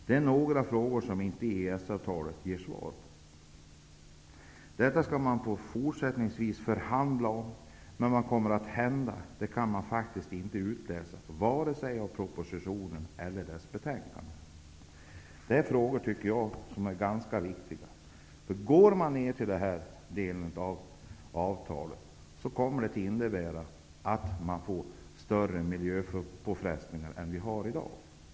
Det är några av de frågor som EES-avtalet inte ger svar på. Detta skall man fortsätta att förhandla om. Men vad kommer att hända? Det kan man faktiskt inte utläsa vare sig av propositionen eller betänkandet. Det är frågor som jag tycker är ganska viktiga. Om man följer den här delen av avtalet kommer det att innebära att vi får större miljöpåfrestningar än vad vi har i dag.